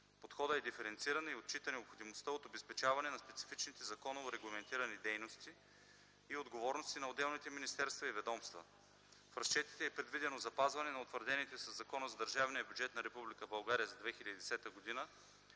Подходът е диференциран и отчита необходимостта от обезпечаване на специфичните законово регламентирани дейности и отговорности на отделните министерства и ведомства. В разчетите е предвидено запазване на утвърдените със Закона за държавния бюджет на Република